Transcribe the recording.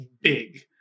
big